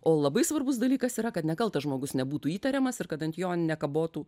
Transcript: o labai svarbus dalykas yra kad nekaltas žmogus nebūtų įtariamas ir kad ant jo nekabotų